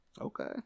Okay